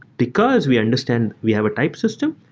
because we understand we have a type system,